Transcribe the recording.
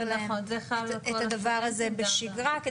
להם את הדבר הזה בשגרה -- זה חל על כל הסטודנטים גם.